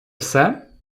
все